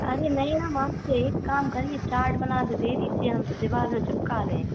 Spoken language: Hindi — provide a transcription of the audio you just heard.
अरे नहीं ना मैम तो एक काम करिए चार्ट बना के दे दीजिए हम तो दीवार में चिपका दें